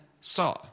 saw